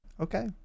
Okay